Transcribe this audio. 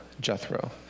Jethro